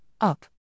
Up